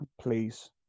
Please